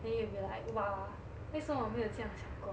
then you'll be like !wah! 为什么我没有这样想过